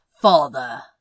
father